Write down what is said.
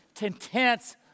intense